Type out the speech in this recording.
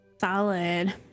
Solid